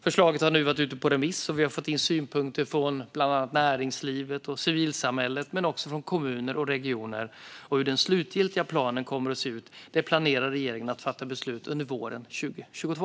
Förslaget har nu varit ute på remiss, och vi har fått in synpunkter från bland annat näringslivet och civilsamhället men också från kommuner och regioner. Hur den slutliga planen kommer att se ut planerar regeringen att fatta beslut om under våren 2022.